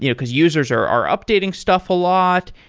you know because users are are updating stuff a lot.